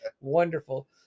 Wonderful